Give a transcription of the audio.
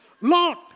Lord